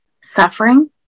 suffering